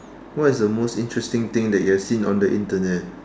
what is the most interesting thing that you have seen on the Internet